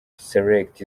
select